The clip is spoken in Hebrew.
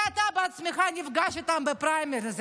כשאתה בעצמך נפגש איתן בפריימריז,